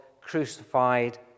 crucified